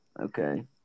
okay